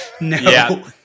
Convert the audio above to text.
No